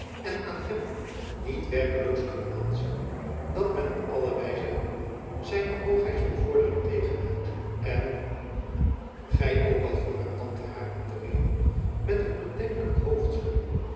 en aan hem niet werkeloos kan aanzien dat men op alle wijze z hoogheids bevordering tegenhoudt en gy ook al viel haar tante haar in de reden met een bedenkelijk